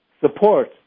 support